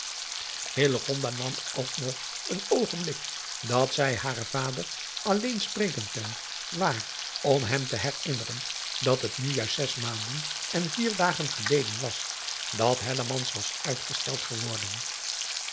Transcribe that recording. nam ook nog een oogenblik dat zij haren vader allen spreken kon waar om hem te herinneren dat het nu juist zes maanden en vier dagen geleden was dat was uitgesteld geworden